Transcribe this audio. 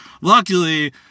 Luckily